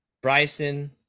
Bryson